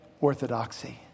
orthodoxy